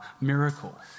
miracle